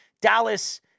Dallas